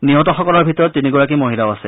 নিহতসকলৰ ভিতৰত তিনিগৰাকী মহিলাও আছে